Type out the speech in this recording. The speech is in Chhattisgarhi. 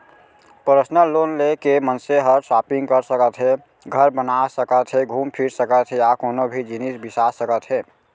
परसनल लोन ले के मनसे हर सॉपिंग कर सकत हे, घर बना सकत हे घूम फिर सकत हे या कोनों भी जिनिस बिसा सकत हे